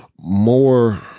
more